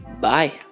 Bye